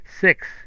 Six